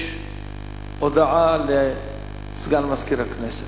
יש הכרזה לסגן מזכירת הכנסת.